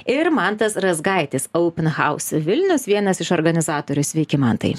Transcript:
ir mantas razgaitis open house vilnius vienas iš organizatorių sveiki mantai